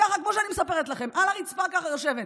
ככה, כמו שאני מספרת לכם, על הרצפה ככה יושבת.